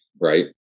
Right